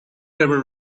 ever